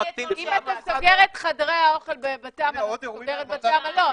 --- אם אתה סוגר את חדרי האוכל בחדרי המלון אתה סוגר את בתי המלון,